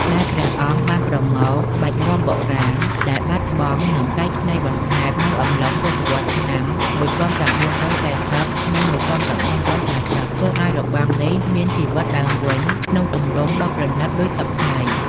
ដែលព្រះអង្គបានប្រមូលផ្ដុំក្បាច់រាំបុរាណដែលបាត់បង់ និងកែច្នៃបន្ថែមនៅអំឡុងទសវត្សរ៍ឆ្នាំ ១៩៤០ និង ១៩៥០ ធ្វើឱ្យរបាំនេះមានជីវិតឡើងវិញក្នុងទម្រង់ដ៏ប្រណីតដូចសព្វថ្ងៃ។